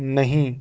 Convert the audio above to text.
نہیں